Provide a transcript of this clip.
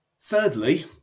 Thirdly